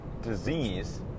disease